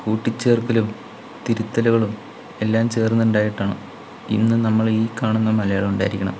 കൂട്ടിച്ചേർക്കലും തിരുത്തലുകളും എല്ലാം ചേർന്നുണ്ടായിട്ടാണ് ഇന്ന് നമ്മൾ ഈ കാണുന്ന മലയാളം ഉണ്ടായിരിക്കണത്